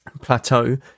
plateau